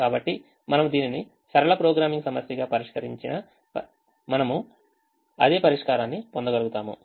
కాబట్టి మనము దీనిని సరళ ప్రోగ్రామింగ్ సమస్యగా పరిష్కరించినపరిష్కరించినా మనము అదే పరిష్కారాన్ని పొందగలుగుతాము